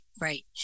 right